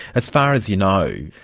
as far as you know,